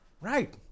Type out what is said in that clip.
Right